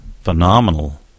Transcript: phenomenal